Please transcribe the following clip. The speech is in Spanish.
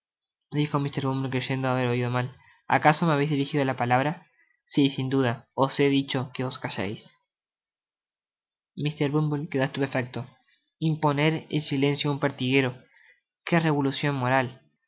dijo mr bumble creyendo haber oido mal acaso me habeis dirijido la palabra si sin duda os he dicho que os calleis mr bumble quedó estupefacto imponer silencio á un pertiguero que revolucion moral y